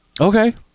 Okay